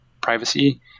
privacy